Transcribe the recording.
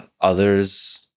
others